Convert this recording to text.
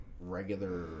regular